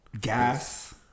gas